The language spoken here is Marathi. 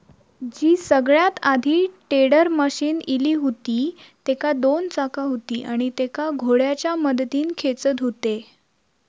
जी सगळ्यात आधी टेडर मशीन इली हुती तेका दोन चाका हुती आणि तेका घोड्याच्या मदतीन खेचत हुते